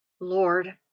Lord